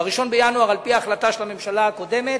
ב-1 בינואר, על-פי ההחלטה של הממשלה הקודמת,